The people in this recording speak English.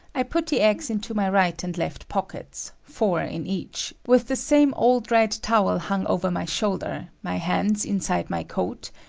i put the eggs into my right and left pockets, four in each, with the same old red towel hung over my shoulder, my hands inside my coat,